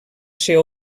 ser